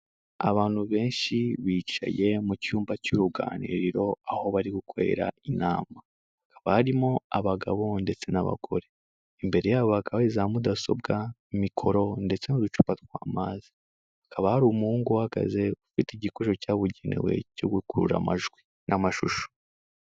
Abantu benshi bicaye mu cyumba cy'uruganiriro, aho bari gukorera inama, barimo abagabo ndetse n'abagore, imbere yabo bakaba hari za mudasobwa, mikoro ndetse n'uducupa tw'amazi, hakaba hari umuhungu uhagaze, ufite igikoresho cyabugenewe cyo gukurura amajwi n'amashusho.